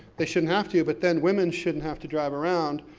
they shouldn't have to, but then women shouldn't have to drive around,